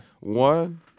One